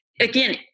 Again